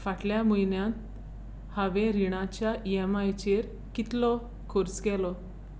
फाटल्या म्हयन्यांत हांवें रिणाच्या ई एम आयचेर कितलो खर्च केलो